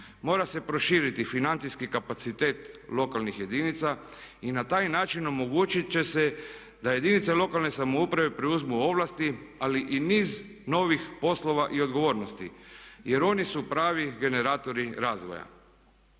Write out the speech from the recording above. mora se proširiti financijski kapacitet lokalnih jedinica i na taj način omogućit će se da jedinice lokalne samouprave preuzmu ovlasti ali i niz novih poslova i odgovornosti. Jer oni su pravi generatori razvoja.